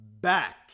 back